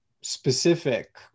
specific